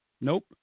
Nope